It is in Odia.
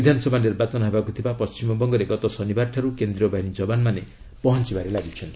ବିଧାନସଭା ନିର୍ବାଚନ ହେବାକୁ ଥିବା ପଶ୍ଚିମବଙ୍ଗରେ ଗତ ଶନିବାରଠାରୁ କେନ୍ଦ୍ରୀୟ ବାହିନୀ ଯବାନମାନେ ପହଞ୍ଚବାରେ ଲାଗିଛନ୍ତି